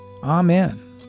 Amen